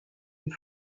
les